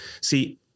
See